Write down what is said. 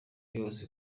yose